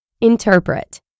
Interpret